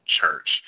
church